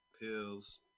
Pills